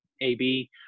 AB